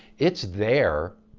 it's there.